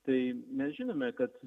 tai mes žinome kad